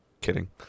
Kidding